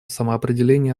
самоопределения